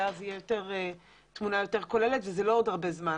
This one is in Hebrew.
כך שתהיה תמונה יותר כוללת וזה לא עוד הרבה זמן.